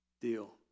deal